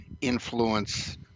influence